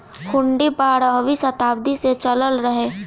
हुन्डी बारहवीं सताब्दी से चलल रहे